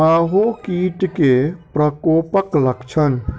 माहो कीट केँ प्रकोपक लक्षण?